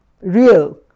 real